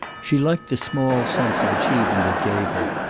she liked the small sense of achievement it gave her,